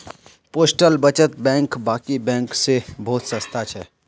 postal बचत bank बाकी बैंकों से बहुत सस्ता छे